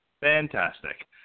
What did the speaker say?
fantastic